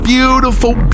beautiful